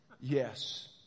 Yes